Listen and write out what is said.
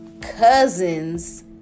cousin's